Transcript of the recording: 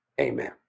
amen